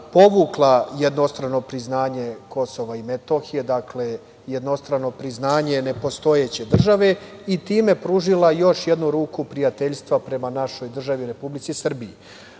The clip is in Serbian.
povukla jednostrano priznanje KiM, dakle, jednostrano priznanje nepostojeće države i time pružila još jednu ruku prijateljstva prema našoj državi, Republici Srbiji. Ovi